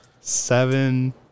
seven